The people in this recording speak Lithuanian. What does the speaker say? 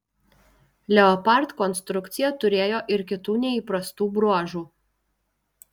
leopard konstrukcija turėjo ir kitų neįprastų bruožų